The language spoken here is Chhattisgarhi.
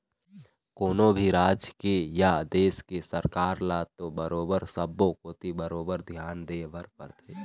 कोनो भी राज के या देश के सरकार ल तो बरोबर सब्बो कोती बरोबर धियान देय बर परथे